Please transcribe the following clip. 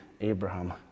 Abraham